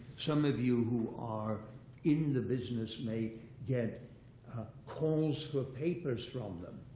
some of you who are in the business may get calls for papers from them.